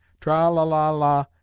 Tra-la-la-la